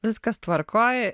viskas tvarkoj